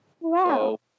wow